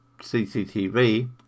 CCTV